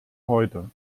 heute